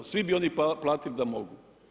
Svi bi oni platili da mogu.